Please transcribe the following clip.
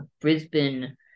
Brisbane